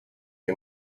and